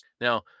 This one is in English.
Now